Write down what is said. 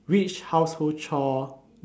which household chore